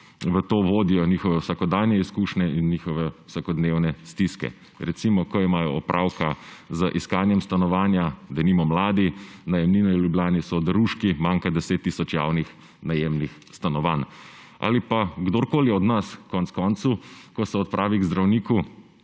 v to vodijo njihove vsakdanje izkušnje in njihove vsakodnevne stiske. Recimo, ko imajo denimo mladi opravka z iskanjem stanovanja, najemnine v Ljubljani so oderuške, manjka 10 tisoč javnih najemnih stanovanj. Ali ko kdorkoli od nas konec koncev, ko se odpravi k zdravniku,